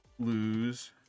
Lose